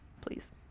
please